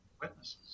witnesses